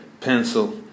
pencil